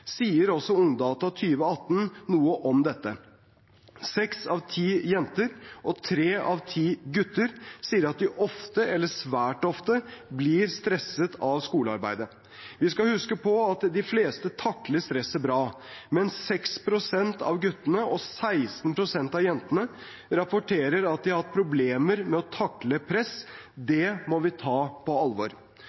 sier også Ungdata 2018 noe om dette. Seks av ti jenter og tre av ti gutter sier at de ofte eller svært ofte blir stresset av skolearbeidet. Vi skal huske på at de fleste takler stresset bra, men 6 pst. av guttene og 16 pst. av jentene rapporterer at de har hatt problemer med å takle press. Det må vi ta på alvor.